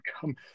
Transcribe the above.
come